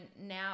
now